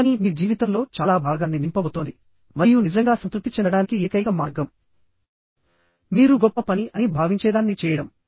మీ పని మీ జీవితంలో చాలా భాగాన్ని నింపబోతోంది మరియు నిజంగా సంతృప్తి చెందడానికి ఏకైక మార్గం మీరు గొప్ప పని అని భావించేదాన్ని చేయడం